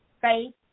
Faith